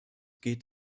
geht